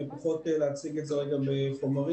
פחות להציג את זה בחומרים.